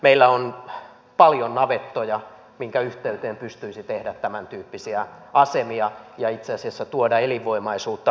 meillä on paljon navettoja joiden yhteyteen pystyisi tekemään tämäntyyppisiä asemia ja itse asiassa tuomaan elinvoimaisuutta maaseudulle